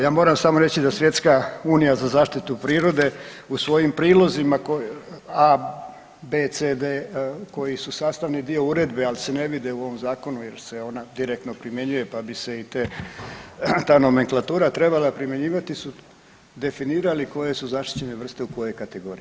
Ja moram samo reći da Svjetska unija za zaštitu prirode u svojim prilozima a, b, c, d koji su sastavni dio uredbe, ali se ne vide u ovom zakonu jer se ona direktno primjenjuje pa bi se i ta nomenklatura trebala primjenjivati su definirali koje su zaštićene vrste u kojoj kategoriji.